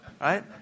Right